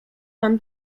pan